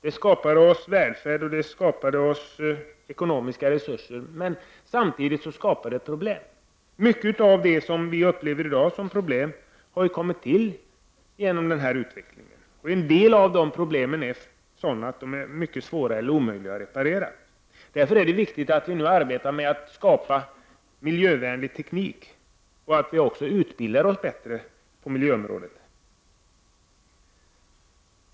Den skapade välfärd och ekonomiska resurser, men samtidigt uppstod det problem. Mycket av det som vi i dag upplever som problem har ju kommit till som en följd av den här utvecklingen. En del av problemen är också svåra eller omöjliga att lösa. Därför är det viktigt att vi nu arbetar med att skapa en miljövänlig teknik och att vi också utbildar oss bättre på miljöområdet.